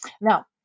Now